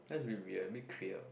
that's really weird a bit clear